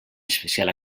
especial